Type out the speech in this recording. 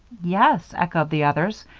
yes, echoed the others.